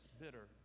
bitter